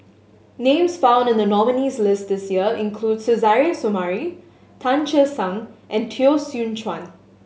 names found in the nominees' list this year include Suzairhe Sumari Tan Che Sang and Teo Soon Chuan